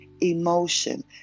emotion